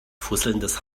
fusselndes